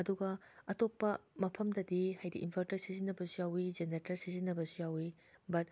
ꯑꯗꯨꯒ ꯑꯇꯣꯞꯄ ꯃꯐꯝꯗꯗꯤ ꯍꯥꯏꯗꯤ ꯏꯟꯚꯔꯇꯔ ꯁꯤꯖꯤꯟꯅꯕꯁꯨ ꯌꯥꯎꯏ ꯖꯦꯅꯦꯇꯔ ꯁꯤꯖꯤꯟꯅꯕꯁꯨ ꯌꯥꯎꯏ ꯕꯠ